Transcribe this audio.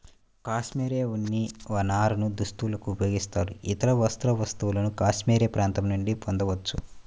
cashmere ఉన్ని నారను దుస్తులకు ఉపయోగిస్తారు, ఇతర వస్త్ర వస్తువులను కాష్మెరె ప్రాంతం నుండి పొందవచ్చు